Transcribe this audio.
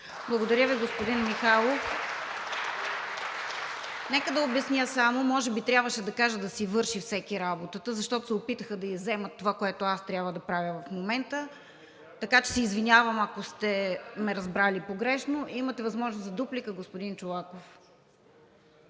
Благодаря Ви, господин Михайлов. Нека да обясня само. Може би трябваше да кажа: „Да си върши всеки работата“, защото се опитаха да изземат това, което аз трябва да правя в момента. Така че се извинявам, ако сте ме разбрали погрешно. Имате възможност за дуплика, господин Чолаков.